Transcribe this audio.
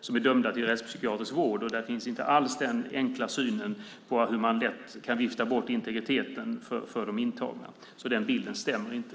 som är dömda till rättspsykiatrisk vård. Där finns inte alls den enkla synen på hur man lätt kan vifta bort integriteten för de intagna. Den bilden stämmer inte.